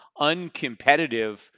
uncompetitive